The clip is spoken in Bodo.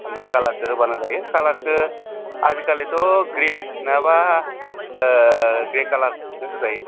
ओमफ्राय कालारखौ होबानो जायो कालारखौ आजिखालिथ' ग्रिन नङाबा ग्रे कालारखौनो होजायो